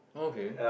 okay